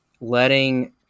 letting